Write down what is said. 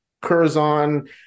Curzon